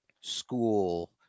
school